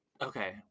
Okay